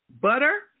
butter